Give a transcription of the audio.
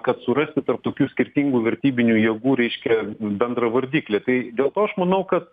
kad surasti tarp tokių skirtingų vertybinių jėgų reiškia bendrą vardiklį tai dėl to aš manau kad